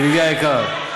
ידידי היקר.